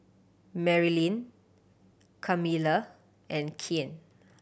Marylyn Camilla and Cain